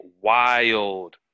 wild